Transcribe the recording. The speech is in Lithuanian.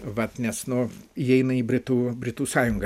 vat nes nu įeina į britų britų sąjungą